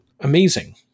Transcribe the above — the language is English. Amazing